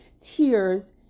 tears